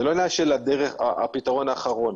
זה לא עניין של הפתרון האחרון.